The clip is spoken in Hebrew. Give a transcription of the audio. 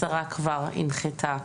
השרה כבר הנחתה,